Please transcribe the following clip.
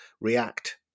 react